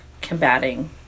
combating